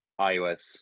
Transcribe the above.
iOS